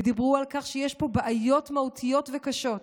ודיברו על כך שיש פה בעיות מהותיות וקשות.